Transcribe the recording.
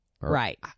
Right